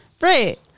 Right